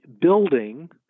building